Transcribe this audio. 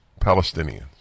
Palestinians